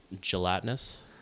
Gelatinous